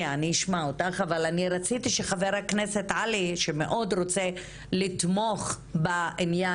אני רציתי שחבר הכנסת עלי שמאוד רוצה לתמוך בענין